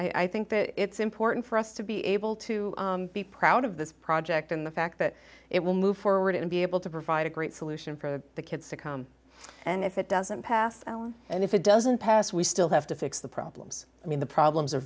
so i think that it's important for us to be able to be proud of this project and the fact that it will move forward and be able to provide a great solution for the kids to come and if it doesn't pass and if it doesn't pass we still have to fix the problems i mean the problems are